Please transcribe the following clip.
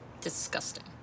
disgusting